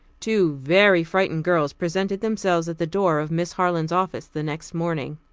two very frightened girls presented themselves at the door of miss harland's office the next morning.